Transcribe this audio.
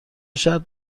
شرط